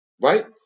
right